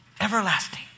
everlasting